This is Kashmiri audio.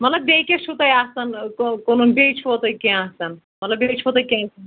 مطلب بیٚیہِ کیٛاہ چھُو تۄہہِ آسان کٔنُن بیٚیہِ چھُوا تۄہہِ کیٚنٛہہ آسان مطلب بیٚیہِ چھُوا تۄہہِ کیٚنٛہہ